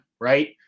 right